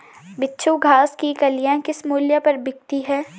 बिच्छू घास की कलियां किस मूल्य पर बिकती हैं?